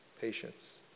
patience